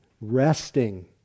resting